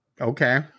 Okay